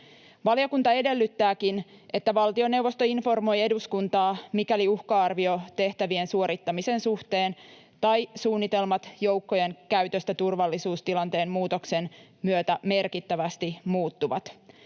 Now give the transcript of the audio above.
Valiokunta edellyttääkin, että valtioneuvosto informoi eduskuntaa, mikäli uhka-arvio tehtävien suorittamisen suhteen tai suunnitelmat joukkojen käytöstä turvallisuustilanteen muutoksen myötä merkittävästi muuttuvat.